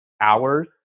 hours